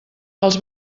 els